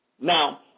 Now